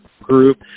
group